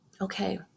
okay